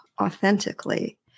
authentically